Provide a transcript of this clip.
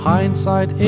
Hindsight